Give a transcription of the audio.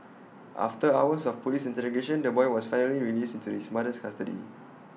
after hours of Police interrogation the boy was finally released into his mother's custody